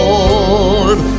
Lord